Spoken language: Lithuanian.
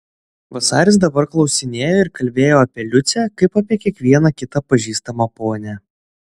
vasaris dabar klausinėjo ir kalbėjo apie liucę kaip apie kiekvieną kitą pažįstamą ponią